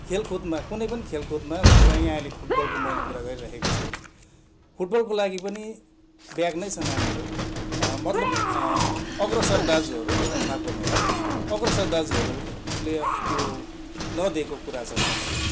खेलकुदमा कुनै पनि खेलकुदमा हुनु त यहाँ अहिले फुटबलको मैले कुरा गरिरहेको छु फुटबलको लागि पनि ब्याक नै छ नानीहरू मतलब अग्रसर दाजुहरू माफ गर्नुहोला अग्रसर दाजुहरूले त्यो नदिएको कुराहरू छ यहाँनिर